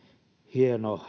hieno